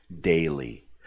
daily